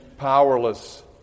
powerless